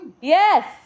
Yes